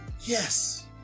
Yes